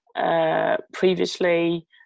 previously